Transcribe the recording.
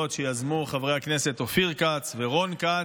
שיזמו חברי הכנסת אופיר כץ ורון כץ,